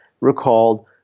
recalled